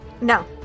No